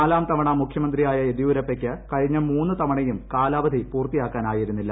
നാലാം തവണ മുഖ്യമന്ത്രിയായ യെദ്യൂരപ്പയ്ക്ക് കഴിഞ്ഞ മൂന്നു തവണയും കാലാവധി പൂർത്തിയാക്കാനായിരുന്നില്ല